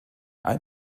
ein